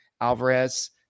Alvarez –